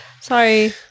Sorry